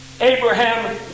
Abraham